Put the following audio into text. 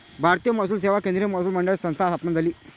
भारतीय महसूल सेवा केंद्रीय महसूल मंडळाची संस्था स्थापन झाली